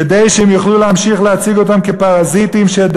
כדי שהם יוכלו להמשיך להציג אותם כפרזיטים שאת